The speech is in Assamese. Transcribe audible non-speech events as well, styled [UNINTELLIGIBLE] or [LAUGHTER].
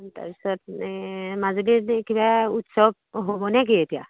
তাৰপিছত এ মাজুলী [UNINTELLIGIBLE] কিবা উৎসৱ হ'বনে কি এতিয়া